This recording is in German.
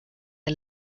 der